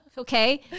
Okay